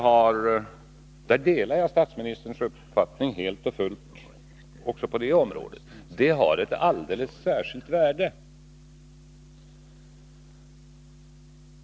Jag delar helt och fullt statsministerns uppfattning, att detta har ett alldeles särskilt värde.